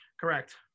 correct